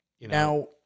Now